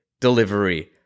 delivery